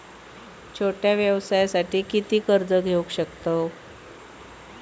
छोट्या व्यवसायासाठी किती कर्ज घेऊ शकतव?